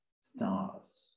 stars